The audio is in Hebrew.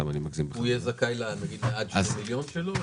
הוא יהיה זכאי עד שני מיליון שלו?